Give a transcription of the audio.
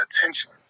attention